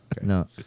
No